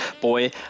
boy